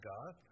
God